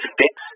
fix